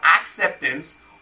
acceptance